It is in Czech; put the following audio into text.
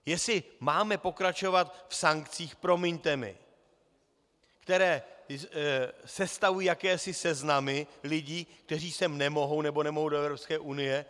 Jestli máme pokračovat v sankcích, promiňte mi, které sestavují jakési seznamy lidí, kteří sem nemohou nebo nemohou do Evropské unie.